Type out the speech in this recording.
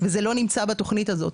וזה לא נמצא בתוכנית הזאת.